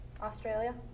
Australia